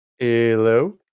Hello